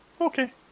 Okay